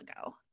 ago